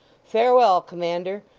farewell, commander.